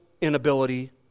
inability